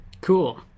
Cool